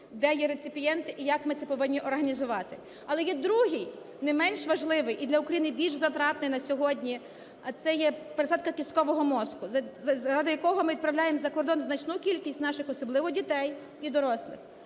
де є реципієнти, і як ми це повинні організувати. Але є другий, не менш важливий, і для України більш затратний на сьогодні – це є пересадка кісткового мозку, заради якого ми відправляємо за кордон значну кількість наших особливо дітей і дорослих.